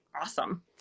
awesome